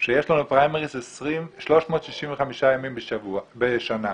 שיש לנו פריימריס 365 ימים בשנה.